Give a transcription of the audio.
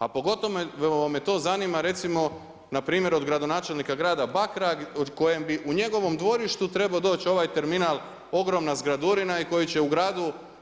A pogotovo me to zanima, recimo npr. od gradonačelnika grada Bakra, od kojeg bi u njegovom dvorištu trebao doći ovaj terminal ogromna zgradurina i koji će